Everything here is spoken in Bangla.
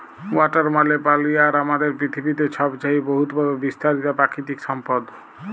ওয়াটার মালে পালি আর আমাদের পিথিবীতে ছবচাঁয়ে বহুতভাবে বিস্তারিত পাকিতিক সম্পদ